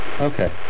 Okay